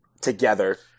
together